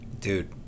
Dude